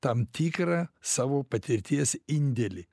tam tikrą savo patirties indėlį